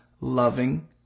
loving